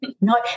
no